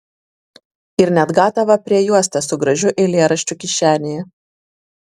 ir net gatavą priejuostę su gražiu eilėraščiu kišenėje